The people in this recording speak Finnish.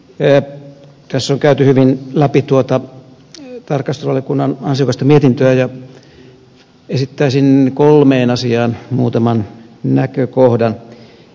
tässä on käyty hyvin läpi tuota tarkastusvaliokunnan ansiokasta mietintöä ja esittäisin kolmeen asiaan muutaman näkökohdan